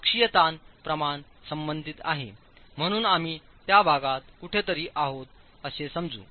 अक्षीय ताण प्रमाण संबंधित आहे म्हणून आम्ही त्या भागात कुठेतरी आहोत असे समजू